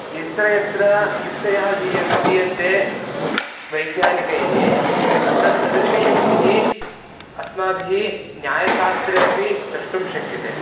यत्र यत्र युक्तयः धीयन् दीयन्ते वैज्ञानिकैः तत्सदृशीयुक्तिः अस्माभिः न्यायशास्त्रे अपि द्रष्टुं शक्यते